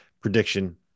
prediction